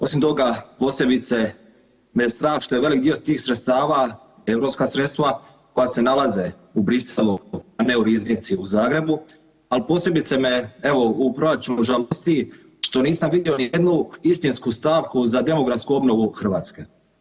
Osim toga, posebice me strah što je veliki dio tih sredstava europska sredstva koja se nalaze u Bruxellesu, a ne u rizici u Zagrebu, ali posebice me evo u proračunu žalosti što nisam vidio ni jednu istinsku stavku za demografsku obnovu Hrvatske.